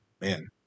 man